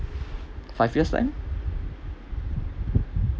five years time